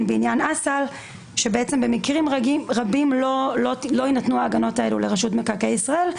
בעניין אסל שבמקרים רבים לא יינתנו ההגנות האלו לרשות מקרקעי ישראל,